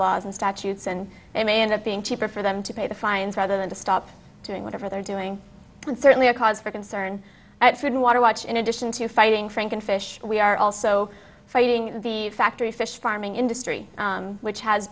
laws and statutes and they may end up being cheaper for them to pay the fines rather than to stop doing whatever they're doing and certainly a cause for concern that food and water watch in addition to fighting frankenfish we are also fighting the factory fish farming industry which has